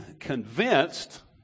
convinced